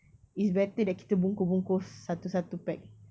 it's better that kita bungkus bungkus satu-satu pack